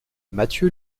mathieu